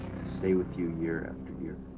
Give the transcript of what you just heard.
stay with you year after year.